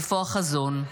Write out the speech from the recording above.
איפה החזון?